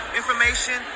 information